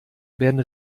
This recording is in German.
werden